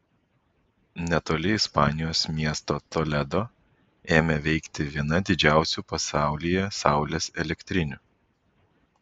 netoli ispanijos miesto toledo ėmė veikti viena didžiausių pasaulyje saulės elektrinių